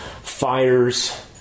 fires